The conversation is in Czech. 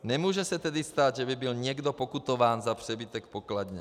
Nemůže se tedy stát, že by byl někdo pokutován za přebytek v pokladně.